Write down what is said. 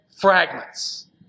fragments